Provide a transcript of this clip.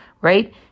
right